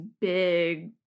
big